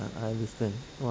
I understand !wow!